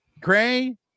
Gray